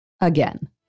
again